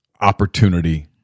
opportunity